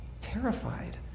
terrified